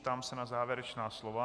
Ptám se na závěrečná slova.